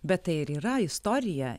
bet tai ir yra istorija